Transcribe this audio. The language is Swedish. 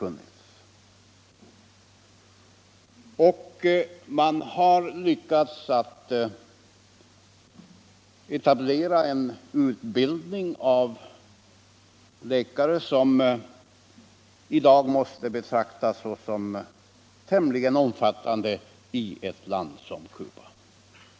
På Cuba har man också lyckats få i gång en utbildning av läkare som måste betraktas som tämligen omfattande i ett land som Cuba.